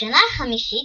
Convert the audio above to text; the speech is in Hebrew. בשנה החמישית,